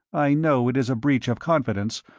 i know it is a breach of confidence,